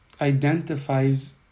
identifies